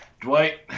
dwight